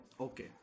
Okay